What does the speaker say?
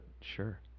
sure